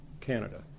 Canada